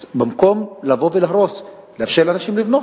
אז במקום לבוא ולהרוס, לאפשר לאנשים לבנות.